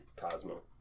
cosmo